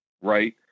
right